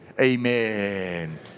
Amen